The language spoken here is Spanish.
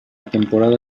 temporada